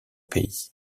pays